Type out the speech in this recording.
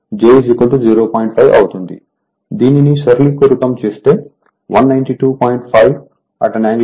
5 అవుతుందిదీనిని సరళీకృతం చేస్తే 192